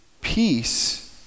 peace